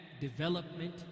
development